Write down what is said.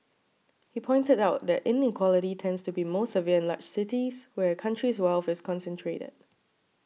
he pointed out that inequality tends to be most severe in large cities where a country's wealth is concentrated